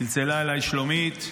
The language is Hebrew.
צלצלה אליי שלומית מיקנעם,